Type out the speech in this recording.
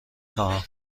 خواهم